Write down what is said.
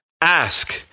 ask